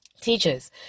teachers